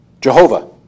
Jehovah